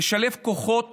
לשלב כוחות